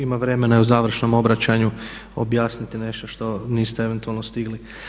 Ima vremena i u završnom obraćanju objasniti nešto što niste eventualno stigli.